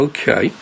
Okay